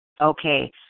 Okay